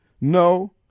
No